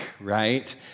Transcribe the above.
right